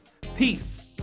Peace